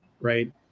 right